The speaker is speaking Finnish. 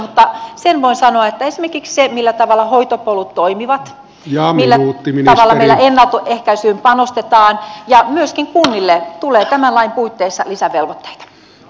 mutta sen voin sanoa että siinä painopisteenä on esimerkiksi se millä tavalla hoitopolut toimivat millä tavalla meillä ennaltaehkäisyyn panostetaan ja myöskin kunnille tulee tämän lain puitteissa lisävelvoitteita